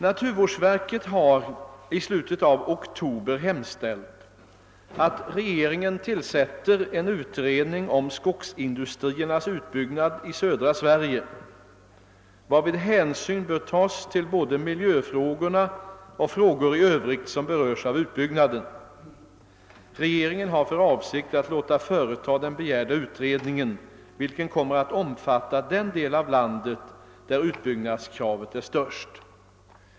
Naturvårdsverket har i slutet av oktober hemställt att regeringen tillsätter en utredning om skogsindustriernas utbyggnad i södra Sverige, varvid hänsyn bör tas till både miljöfrågorna och frågor i övrigt som berörs av utbyggnaden. Regeringen har för avsikt att låta företa den begärda utredningen, vilken kommer att omfatta den del av landet där utbyggnadskravet är störst.